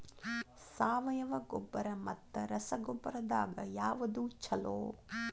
ಸಾವಯವ ಗೊಬ್ಬರ ಮತ್ತ ರಸಗೊಬ್ಬರದಾಗ ಯಾವದು ಛಲೋ?